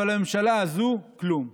אבל הממשלה הזאת, כלום.